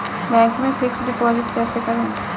Bank में fix deposit कैसे करें?